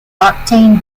octane